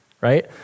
right